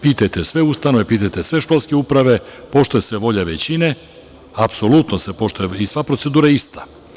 Pitajte sve ustanove, pitajte sve školske ustanove, poštuje se volja većine, apsolutno se poštuje i sva procedura je ista.